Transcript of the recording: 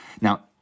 Now